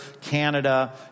Canada